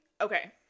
Okay